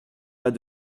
pas